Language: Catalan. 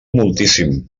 moltíssim